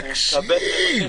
תקשיב.